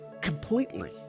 completely